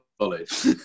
college